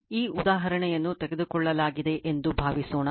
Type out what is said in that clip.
ಈ ಉದಾಹರಣೆಯನ್ನು ತೆಗೆದುಕೊಳ್ಳಲಾಗಿದೆ ಎಂದು ಭಾವಿಸೋಣ